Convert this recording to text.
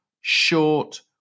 short